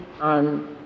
on